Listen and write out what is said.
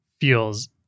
feels